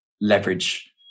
leverage